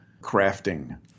crafting